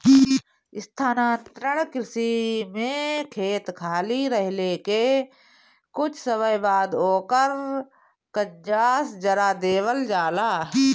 स्थानांतरण कृषि में खेत खाली रहले के कुछ समय बाद ओकर कंजास जरा देवल जाला